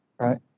Right